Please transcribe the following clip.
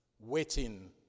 waiting